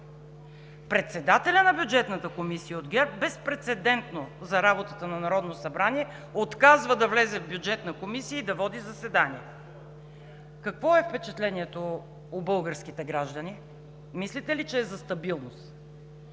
Председателят на Бюджетната комисия от ГЕРБ безпрецедентно за работата на Народното събрание отказва да влезе в Бюджетната комисия и да води заседанието. Какво е впечатлението у българските граждани? Мислите ли, че е за стабилност?